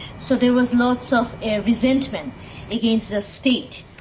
so there was lots of ah resentment against the state.